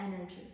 energy